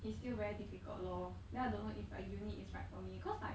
it's still very difficult lor then I don't know if a uni is right for me cause like